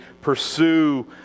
pursue